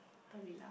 Haw-Par-Villa